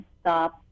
stop